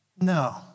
No